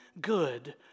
good